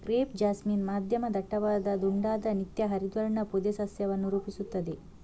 crepe jasmine ಮಧ್ಯಮ ದಟ್ಟವಾದ ದುಂಡಾದ ನಿತ್ಯ ಹರಿದ್ವರ್ಣ ಪೊದೆ ಸಸ್ಯವನ್ನು ರೂಪಿಸುತ್ತದೆ